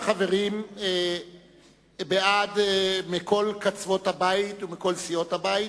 בעד, 29 חברים, מכל קצוות הבית ומכל סיעות הבית,